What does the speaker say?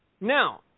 Now